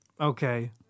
Okay